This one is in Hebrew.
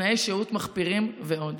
תנאי שהות מחפירים ועוד.